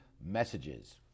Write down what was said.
messages